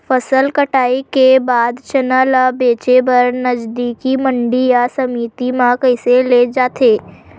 फसल कटाई के बाद चना ला बेचे बर नजदीकी मंडी या समिति मा कइसे ले जाथे?